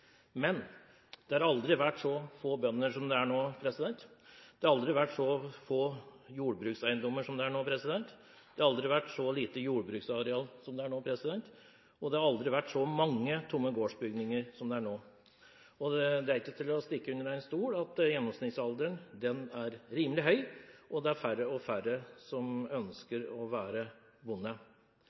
Men det har aldri vært så få bønder som det er nå. Det har aldri vært så få jordbrukseiendommer som det er nå. Det har aldri vært så lite jordbruksareal som det er nå, og det har aldri vært så mange tomme gårdsbygninger som det er nå. Det er ikke til å stikke under stol at gjennomsnittsalderen på bøndene er rimelig høy, og at det er færre og færre som ønsker å være bonde.